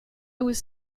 was